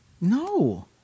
No